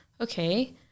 okay